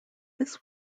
this